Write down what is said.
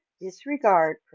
disregard